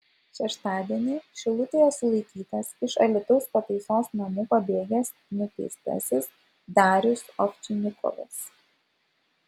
šeštadienį šilutėje sulaikytas iš alytaus pataisos namų pabėgęs nuteistasis darius ovčinikovas